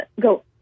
go